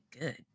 good